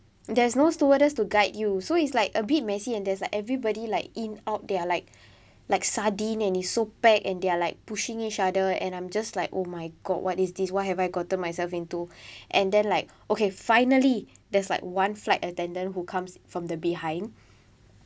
there is no stewardess to guide you so it's like a bit messy and there's like everybody like in out they're like like sardine and it's so packed and they are like pushing each other and I'm just like oh my god what is this what have I gotten myself into and then like okay finally there's like one flight attendant who comes from the behind